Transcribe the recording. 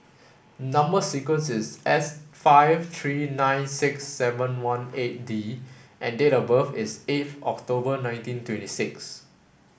number sequence is S five three nine six seven one eight D and date of birth is eight October nineteen twenty six